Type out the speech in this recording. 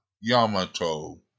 Yamato